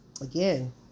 again